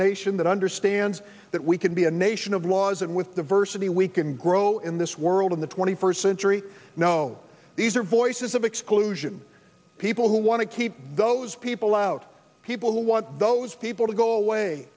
nation that understands that we can be a nation of laws and with diversity we can grow in this world in the twenty first century no these are voices of exclusion people who want to keep those people out people who want those people to go away